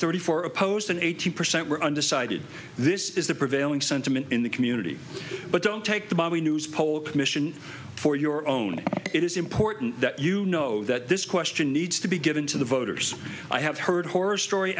thirty four opposed and eighty percent were undecided this is the prevailing sentiment in the community but don't take the news poll commission for your own it is important that you know that this question needs to be given to the voters i have heard horror story